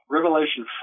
Revelation